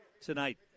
tonight